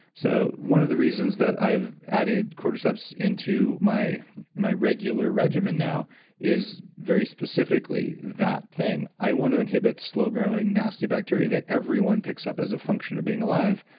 so, one of the reasons that i've added cordyceps into my my regular regime and now is very specifically that thing. i want to inhibit slow growing nasty bacteria that everyone picks up as a function of being alive,